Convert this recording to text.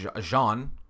Jean